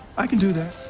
i can do that.